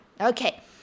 Okay